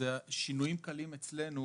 שינויים קלים אצלנו